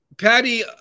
Patty